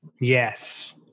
Yes